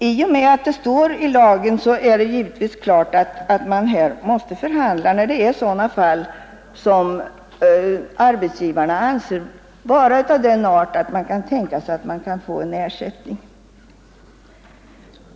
I och med att det står i lagen är det emellertid klart att man måste förhandla när det förekommer fall som arbetsgivarna anser vara av den arten att det är tänkbart med en ersättning.